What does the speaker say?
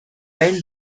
paint